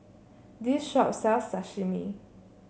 this shop sells Sashimi